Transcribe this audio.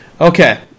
Okay